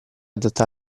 adatta